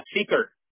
seeker